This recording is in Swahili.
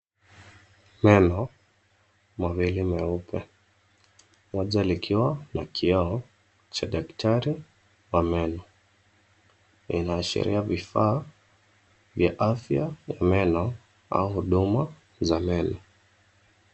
Meno mawili meupe. Moja likiwa na kioo cha daktari wa meno. Inaashiria vifaa vya afya ya meno au huduma za meno.